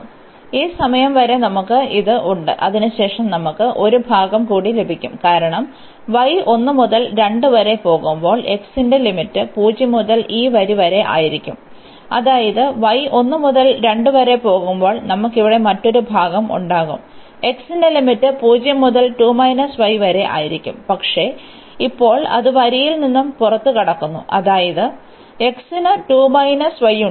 അതിനാൽ ഈ സമയം വരെ നമുക്ക് ഇത് ഉണ്ട് അതിനുശേഷം നമുക്ക് ഒരു ഭാഗം കൂടി ലഭിക്കും കാരണം y 1 മുതൽ 2 വരെ പോകുമ്പോൾ x ന്റെ പരിധി 0 മുതൽ ഈ വരി വരെ ആയിരിക്കും അതായത് y 1 മുതൽ 2 വരെ പോകുമ്പോൾ നമുക്ക് ഇവിടെ മറ്റൊരു ഭാഗം ഉണ്ടാകും x ന്റെ ലിമിറ്റ് 0 മുതൽ 2 y വരെ ആയിരിക്കും പക്ഷേ ഇപ്പോൾ അത് വരിയിൽ നിന്ന് പുറത്തുകടക്കുന്നു അതായത് x ന് 2 y ഉണ്ട്